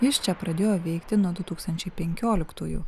jis čia pradėjo veikti nuo du tūkstančiai penkioliktųjų